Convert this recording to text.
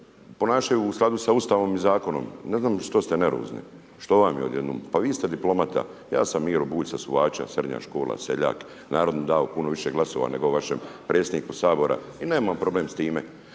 ponašaju u skladu sa Ustavom i Zakonom. Ne znam što ste nervozni, što vam je odjednom? Pa vi ste diplomata, ja sam Miro Bulj sa Suvača, srednja škola, seljak, narod mu dao puno više glasova, nego vašem predsjedniku Sabora i nemam problem s time.